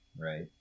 right